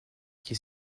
qui